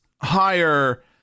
higher